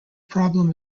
problem